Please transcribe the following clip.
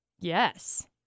Yes